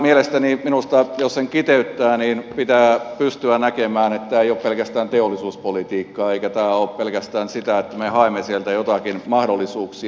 mielestäni minusta jos sen kiteyttää pitää pystyä näkemään että tämä ei ole pelkästään teollisuuspolitiikkaa eikä tämä ole pelkästään sitä että me haemme sieltä joitakin mahdollisuuksia